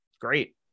great